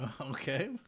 Okay